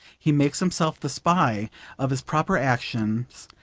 he makes himself the spy of his proper actions,